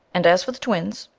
and as for the twins,